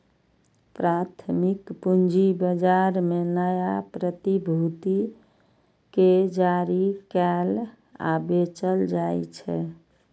प्राथमिक पूंजी बाजार मे नया प्रतिभूति कें जारी कैल आ बेचल जाइ छै